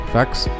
Facts